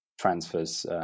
transfers